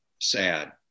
sad